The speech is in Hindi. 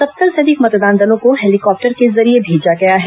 सत्तर से अधिक मतदान दलों को हेलीकॉप्टर के जरिए भेजा गया है